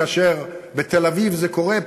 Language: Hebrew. כאשר בתל-אביב זה קורה,